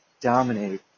dominate